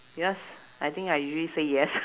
because I think I usually say yes